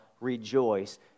rejoice